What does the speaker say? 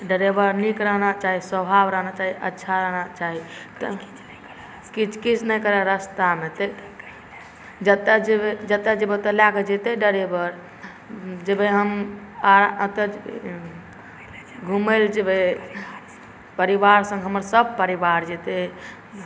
driver नीक रहना चाही स्वभाव रहना चाही अच्छा रहना चाही तऽ कीच कीच नहि करै रास्तामे जतऽ जेबै ओतऽ लय कऽ जेतै ड्राइवर जेबै हम आरा अतऽ जेबै घुमय ला जेबै परिवार सङ्ग हमर सभ परिवार जेतै